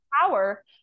power